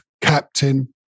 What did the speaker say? captain